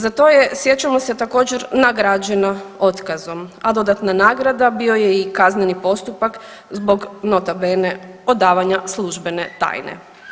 Za to je sjećamo se također nagrađena otkazom a dodatna nagrada bio je i kazneni postupak zbog nota bene odavanja službene tajne.